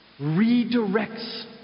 redirects